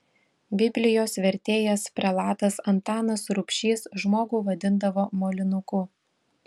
biblijos vertėjas prelatas antanas rubšys žmogų vadindavo molinuku